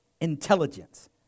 intelligence